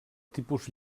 tipus